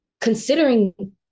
considering